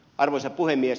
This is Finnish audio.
arvoisa puhemies